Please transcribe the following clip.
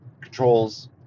controls